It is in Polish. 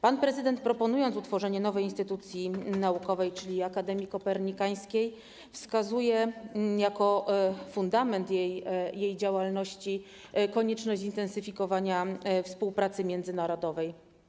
Pan prezydent, proponując utworzenie nowej instytucji naukowej, czyli Akademii Kopernikańskiej, wskazuje jako fundament jej działalności konieczność zintensyfikowania współpracy międzynarodowej.